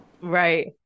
Right